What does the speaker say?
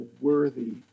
worthy